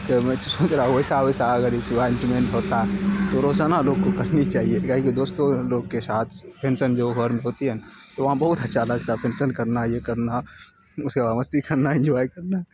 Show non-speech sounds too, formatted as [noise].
تو میں سوچ رہا ہوں ویسا ویسا اگر [unintelligible] ہوتا تو روزانہ لوگ کو کرنی چاہیے کیا ہے کہ دوستوں لوگ کے شاتھ فینشن جو گھر میں ہوتی ہے تو وہاں بہت اچھا لگتا فینشن کرنا یہ کرنا اس کے بعد مستی کرنا انجوائے کرنا